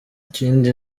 ikindi